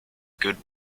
good